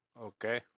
Okay